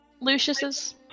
Lucius's